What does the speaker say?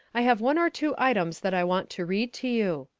i have one or two items that i want to read to you.